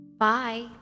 Bye